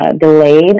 delayed